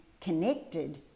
connected